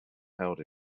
held